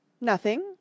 Nothing